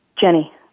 Jenny